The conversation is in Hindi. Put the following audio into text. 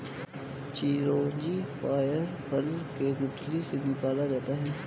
चिरौंजी पयार फल के गुठली से निकाला जाता है